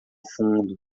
fundo